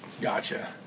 gotcha